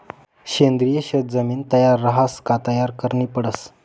सेंद्रिय शेत जमीन तयार रहास का तयार करनी पडस